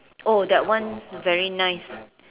oh that one very nice